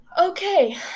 Okay